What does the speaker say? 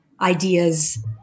ideas